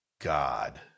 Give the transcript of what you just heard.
God